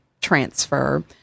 transfer